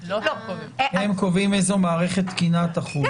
הם קובעים איזו מערכת תקינה תחול.